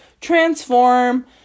transform